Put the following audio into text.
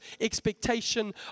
expectation